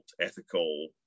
ethical